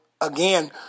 again